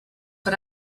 but